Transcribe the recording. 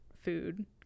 food